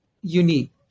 unique